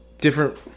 different